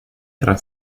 tra